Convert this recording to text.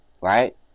right